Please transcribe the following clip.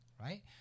right